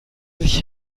sich